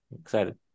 excited